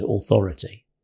authority